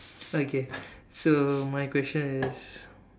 okay so my question is